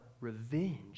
revenge